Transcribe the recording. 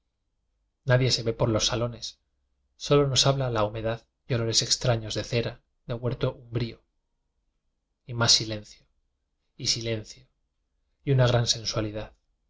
nadie se ve por los salones solo nos ha bla la humedad y olores extraños de cera de huerto umbrío y más silencio y silencio y una gran sen